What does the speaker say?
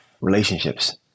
relationships